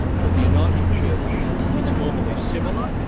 for the uniting church it's normally similar.